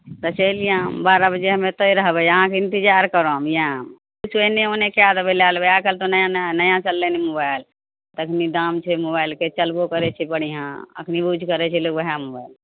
तऽ चलि आयब बारह बजे हम एतय रहबय अहाँके इन्तजार करब आउ कुछो एन्ने ओन्ने कए देबय लए लेबय आइ काल्हि तऽ नयाँ नयाँ नया चललनि ई मोबाइल एखनी दाम छै मोबाइलके चलबो करय छै बढ़िआँ एखनी यूज करय छै लोक ओएह मोबाइल